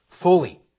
fully